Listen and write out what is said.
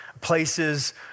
places